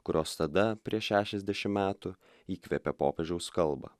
kurios tada prieš šešiasdešim metų įkvėpė popiežiaus kalbą